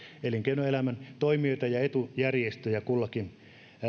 elinkeinoelämän toimijoita ja etujärjestöjä kullakin